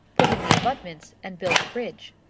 put in the abutments, and built the bridge.